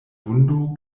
vundo